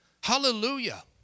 Hallelujah